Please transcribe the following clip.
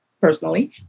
personally